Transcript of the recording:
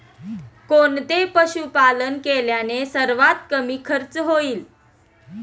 कोणते पशुपालन केल्याने सर्वात कमी खर्च होईल?